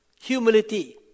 Humility